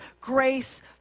grace